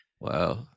Wow